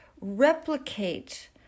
replicate